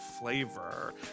flavor